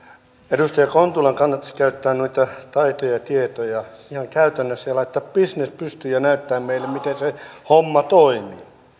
edustaja kontulan kannattaisi käyttää noita taitoja ja tietoja ihan käytännössä ja laittaa bisnes pystyy ja näyttää meille miten se homma toimii